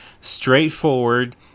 straightforward